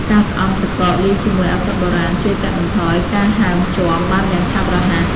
ការស្អំទឹកកកលាយជាមួយឱសថបុរាណ ជួយកាត់បន្ថយការហើមជាំបានយ៉ាងឆាប់រហ័ស។